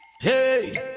Hey